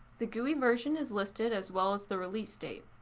the gui version is listed as well as the release date.